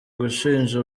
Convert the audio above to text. gushinja